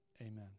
Amen